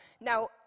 Now